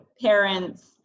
parents